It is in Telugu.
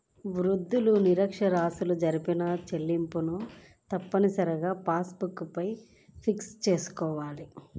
వృద్ధులు, నిరక్ష్యరాస్యులు జరిపిన చెల్లింపులను తప్పనిసరిగా పాస్ బుక్ పైన ప్రింట్ చేయించుకోవాలి